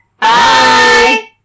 Bye